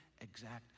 exact